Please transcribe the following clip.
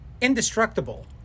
indestructible